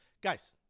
guys